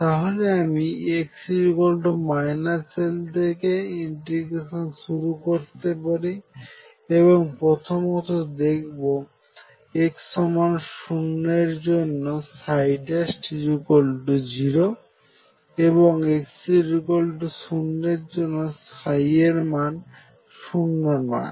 তাহলে আমি x L থেকে ইন্টিগ্রেশন শুরু করতে পারি এবং প্রথমত দেখবো x0 এর জন্য 0 এবং x0 এর জন্য এর মান শূন্য নয়